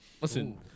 Listen